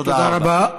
תודה רבה.